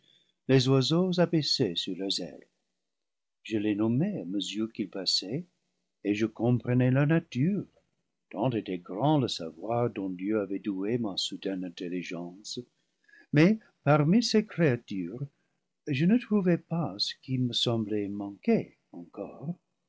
les oiseaux abaissés sur leurs ailes je les nommai à mesure qu'ils passaient et je comprenais leur nature tant était grand le savoir dont dieu avait doué ma soudaine intelligence mais parmi ces créatures je ne trou vai pas ce qui me semblait manquer encore